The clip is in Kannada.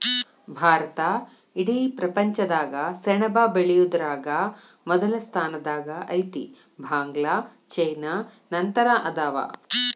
ಭಾರತಾ ಇಡೇ ಪ್ರಪಂಚದಾಗ ಸೆಣಬ ಬೆಳಿಯುದರಾಗ ಮೊದಲ ಸ್ಥಾನದಾಗ ಐತಿ, ಬಾಂಗ್ಲಾ ಚೇನಾ ನಂತರ ಅದಾವ